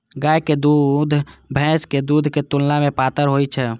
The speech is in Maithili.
गायक दूध भैंसक दूध के तुलना मे पातर होइ छै